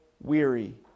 weary